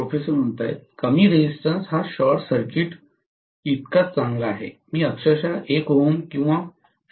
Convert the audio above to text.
professor कमी resistance हा short circuit इतकाच चांगला आहे मी अक्षरशः 1 Ω किंवा 0